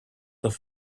have